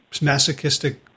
masochistic